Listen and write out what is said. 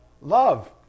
Love